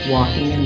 Walking